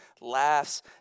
laughs